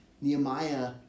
Nehemiah